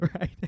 right